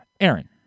Aaron